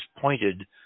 pointed